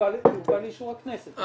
זה הובא לאישור הכנסת.